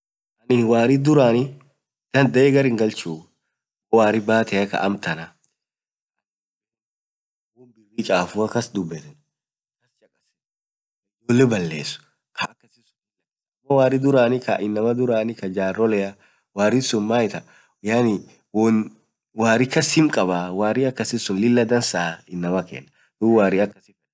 warri duranii dandee garrhingalchuu warii batea kaa amtanaa chafuu kass dubetenii ijolee baless, amoo warri durani kaa jarolee woan warri kass him kabaa, warri akasii suun lila dansaa dub warii akassi suun.